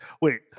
wait